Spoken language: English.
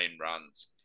runs